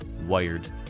wired